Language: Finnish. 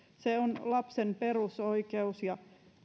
se on lapsen perusoikeus ja